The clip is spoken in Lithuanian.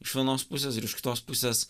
iš vienos pusės ir iš kitos pusės